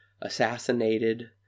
assassinated